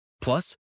Plus